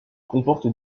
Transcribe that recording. comporte